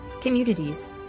communities